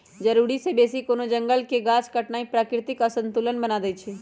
जरूरी से बेशी कोनो जंगल के गाछ काटनाइ प्राकृतिक असंतुलन बना देइछइ